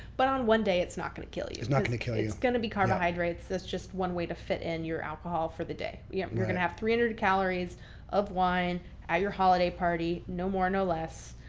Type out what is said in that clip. but on one day it's not going to kill you. it's not going to kill you. it's going to be carbohydrates. that's just one way to fit in your alcohol for the day. yeah you're going to have three hundred calories of wine at your holiday party no more, no less.